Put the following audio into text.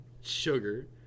sugar